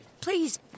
please